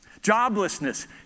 Joblessness